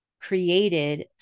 created